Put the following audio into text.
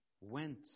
went